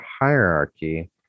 hierarchy